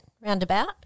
roundabout